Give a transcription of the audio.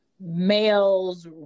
males